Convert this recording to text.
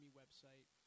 website